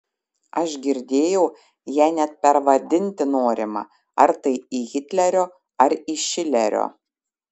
aš girdėjau ją net pervadinti norima ar tai į hitlerio ar į šilerio